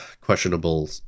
questionable